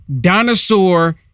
dinosaur